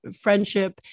friendship